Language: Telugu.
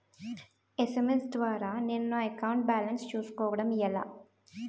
ఎస్.ఎం.ఎస్ ద్వారా నేను నా అకౌంట్ బాలన్స్ చూసుకోవడం ఎలా?